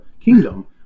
kingdom